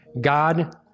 God